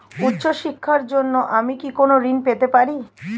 উচ্চশিক্ষার জন্য আমি কি কোনো ঋণ পেতে পারি?